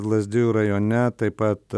lazdijų rajone taip pat